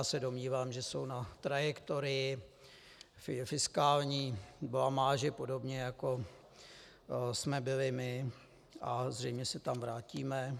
Já se domnívám, že jsou na trajektorii fiskální blamáže, podobně jako jsme byli my, a zřejmě se tam vrátíme.